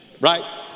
Right